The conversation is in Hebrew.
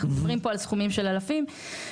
אנחנו מדברים פה על סכומים של אלפים ועל